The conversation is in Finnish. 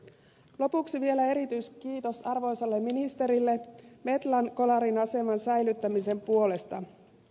lopuksi vielä erityiskiitos arvoisalle ministerille metlan kolarin aseman säilyttämisen johdosta